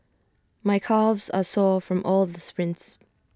my calves are sore from all the sprints